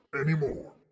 anymore